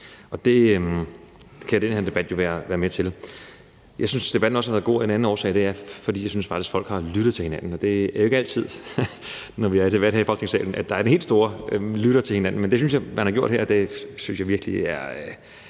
men det kan den her debat jo være med til. Jeg synes også, at debatten har været god af en anden årsag, og det er, at jeg faktisk synes, at folk har lyttet til hinanden. Det er ikke altid, når vi har debat her i Folketingssalen, at man lytter til hinanden, men det synes jeg man har gjort her, og jeg synes, det klæder